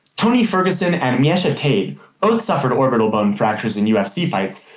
tony ferguson and miesha tate both suffered orbital bone fractures in ufc fights,